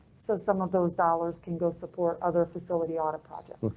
so some of those dollars can go support other facility auto project.